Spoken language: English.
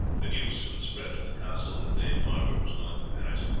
the news soon spread through the castle that dame margaret was going to paris.